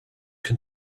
can